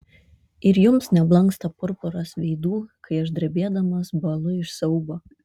ir jums neblanksta purpuras veidų kai aš drebėdamas bąlu iš siaubo